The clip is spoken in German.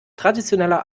traditioneller